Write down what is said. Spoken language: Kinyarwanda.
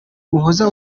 muhoza